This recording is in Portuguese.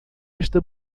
esta